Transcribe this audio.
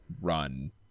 run